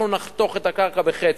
אנחנו נחתוך את הקרקע בחצי,